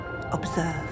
Observe